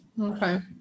Okay